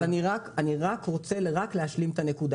זה נכון